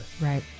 Right